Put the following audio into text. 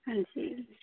हां जी